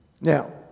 Now